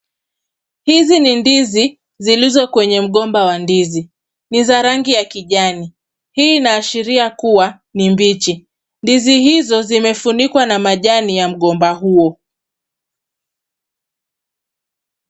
Hizi ni ndizi zilizo kwenye mgomba wa ndizi. Ni za rangi ya kijani. Hii inaashiria kuwa ni mbichi. Ndizi hizo zimefunikwa na majani ya mgomba huo.